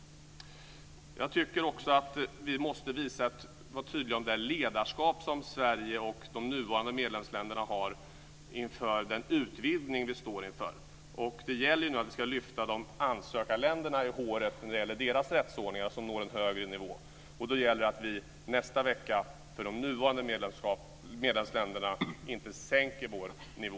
Jag tycker också att vi måste vara tydliga när det gäller det ledarskap som Sverige och de nuvarande medlemsländerna har inför den utvidgning som vi står inför. Det gäller nu att lyfta ansökarländerna i håret vad gäller deras rättsordningar så att de når en högre nivå. Därför gäller det nu i nästa vecka att vi i de nuvarande medlemsländerna inte sänker vår nivå.